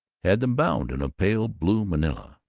had them bound in pale blue manilla,